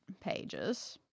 pages